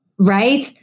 Right